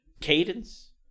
cadence